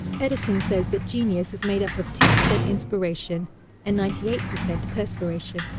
edison says that genius is made up of two per cent inspiration and ninety-eight per cent perspiration.